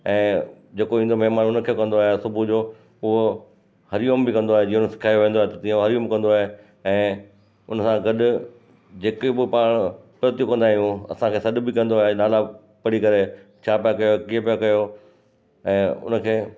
ऐं जेको ईंदो महिमान उनखे कंदो आहियां सुबुह जो उहो हरि ओम बि कंदो आए जीअं उनखे सेखायो वेंदो आहे तीअं हरि ओम कंदो आए ऐं उनसां गॾ जेके ब पाण प्रतियूं कंदा आहियूं असांखे सॾु बि कंदो आहे नाला पढ़ी करे छा पिया कयो कीअं पिया कयो ऐं उनखे